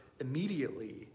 immediately